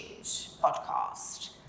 podcast